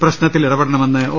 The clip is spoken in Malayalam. പ്രശ്നത്തിൽ ഇടപെടണമെന്ന് ഒ